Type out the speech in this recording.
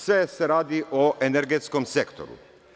Sve se radi o energetskom sektoru.